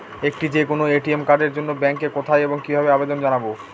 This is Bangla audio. একটি যে কোনো এ.টি.এম কার্ডের জন্য ব্যাংকে কোথায় এবং কিভাবে আবেদন জানাব?